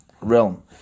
realm